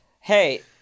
Hey